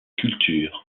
culture